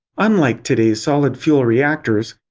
unlike today's solid fuel reactors,